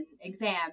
exam